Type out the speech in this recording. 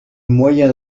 moyen